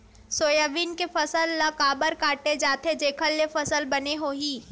Soybean के फसल ल काबर काटे जाथे जेखर ले फसल बने होही?